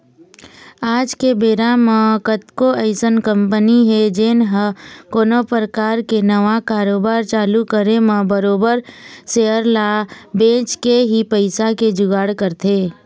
आज के बेरा म कतको अइसन कंपनी हे जेन ह कोनो परकार के नवा कारोबार चालू करे म बरोबर सेयर ल बेंच के ही पइसा के जुगाड़ करथे